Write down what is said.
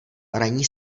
ranní